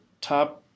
top